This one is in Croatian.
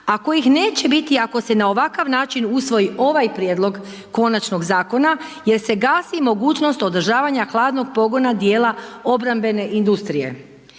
kojih neće biti ako se na ovakav način usvoji ovaj prijedlog konačnog zakona jer se gasi mogućnost održavanja hladnog pogona dijela obrambene industrije.